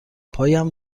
پایم